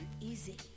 easy